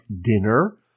dinner